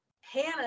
Hannah